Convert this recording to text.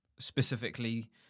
Specifically